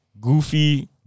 Goofy